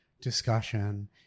discussion